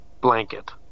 blanket